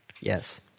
Yes